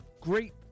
great